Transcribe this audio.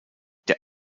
der